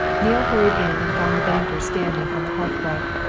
neale hurried in and found the banker standing on the hearth-rug,